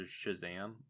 Shazam